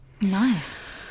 nice